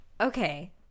okay